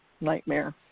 nightmare